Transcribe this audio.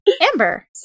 Amber